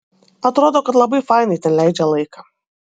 atrodo kad labai fainai ten leidžia laiką